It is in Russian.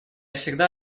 всегда